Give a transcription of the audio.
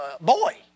boy